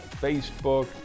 Facebook